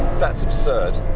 that's absurd,